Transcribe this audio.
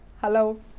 hello